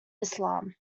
islam